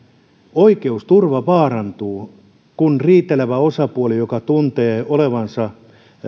oikeusturva vaarantuu kun riitelevä osapuoli joka tuntee olevansa